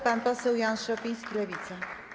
Pan poseł Jan Szopiński, Lewica.